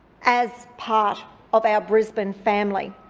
as part of our brisbane family.